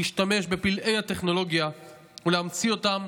להשתמש בפלאי הטכנולוגיה ולהמציא אותם